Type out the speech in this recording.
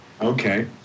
Okay